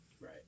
right